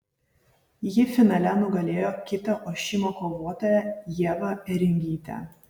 ji finale nugalėjo kitą ošimo kovotoją ievą ėringytę